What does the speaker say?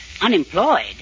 Unemployed